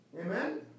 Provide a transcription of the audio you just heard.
Amen